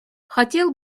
хотел